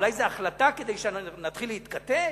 אולי זאת החלטה כדי שנתחיל להתכתש?